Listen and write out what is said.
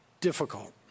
difficult